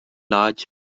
large